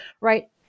right